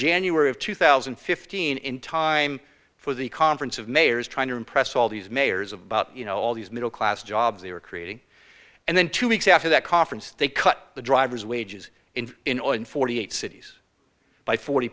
january of two thousand and fifteen in time for the conference of mayors trying to impress all these mayors about you know all these middle class jobs they were creating and then two weeks after that conference they cut the drivers wages in in or in forty eight cities by forty